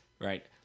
right